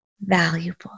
valuable